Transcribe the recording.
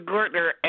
Gortner